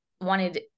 wanted